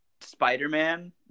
Spider-Man